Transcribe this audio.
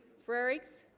frerichs